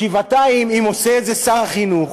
ושבעתיים אם עושה את זה שר החינוך,